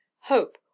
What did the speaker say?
hope